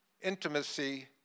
intimacy